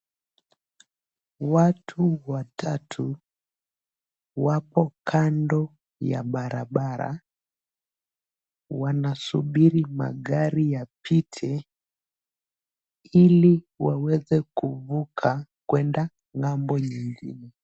Watu watatu wapo kando ya barabara, wanasubiri magari yapite, ili waweze kuvuka kuenda ng'ambo nyingine.